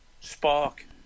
spark